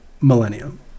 Millennium